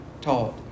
taught